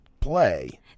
play